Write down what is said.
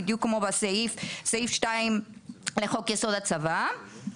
בדיוק כמו בסעיף 2 לחוק-יסוד: הצבא,